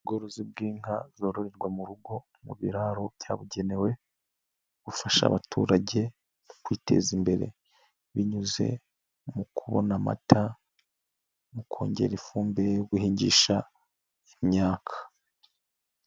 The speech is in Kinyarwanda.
Ubworozi bw'inka zororerwa mu rugo mu biraro byabugenewe bufasha abaturage kwiteza imbere binyuze mu kubona amata, mu kongera ifumbire yo guhingisha imyaka.